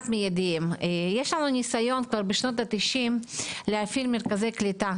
יש לנו ניסיון כבר בשנות התשעים להפעיל מרכזי קליטה,